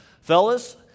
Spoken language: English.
Fellas